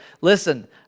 listen